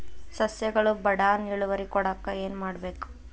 ಸಸ್ಯಗಳು ಬಡಾನ್ ಇಳುವರಿ ಕೊಡಾಕ್ ಏನು ಮಾಡ್ಬೇಕ್?